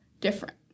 different